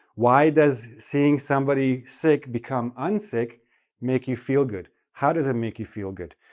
why does seeing somebody sick become unsick make you feel good? how does it make you feel good?